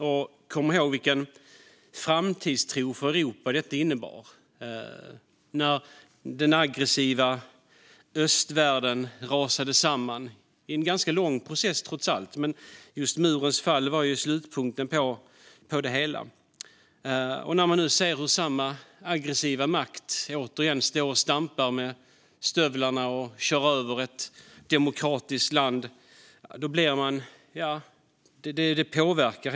Vi kommer ihåg vilken framtidstro det innebar för Europa när den aggressiva östvärlden rasade samman. Det var en ganska lång process, trots allt, men just murens fall var slutpunkten på det hela. När man nu ser hur samma aggressiva makt återigen står och stampar med stövlarna och kör över ett demokratiskt land blir man helt klart påverkad.